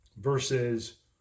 versus